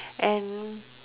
and